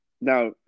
now